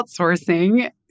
outsourcing